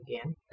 again